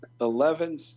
Eleven